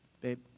Babe